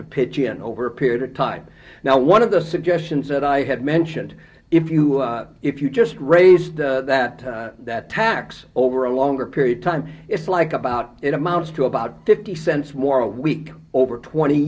to pitch in over a period of time now one of the suggestions that i had mentioned if you if you just raised that that tax over a longer period time it's like about it amounts to about fifty cents more a week over twenty